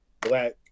black